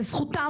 לזכותם,